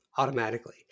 Automatically